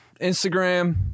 Instagram